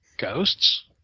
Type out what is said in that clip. Ghosts